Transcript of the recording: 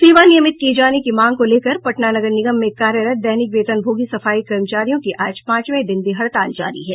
सेवा नियमित किए जाने की मांग को लेकर पटना नगर निगम में कार्यरत दैनिक वेतनभोगी सफाई कर्मचारियों की आज पांचवें दिन भी हड़ताल जारी है